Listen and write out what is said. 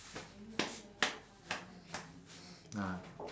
ah